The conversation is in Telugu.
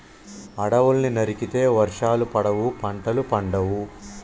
అడవుల్ని నరికితే వర్షాలు పడవు, పంటలు పండవు